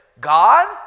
god